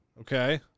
Okay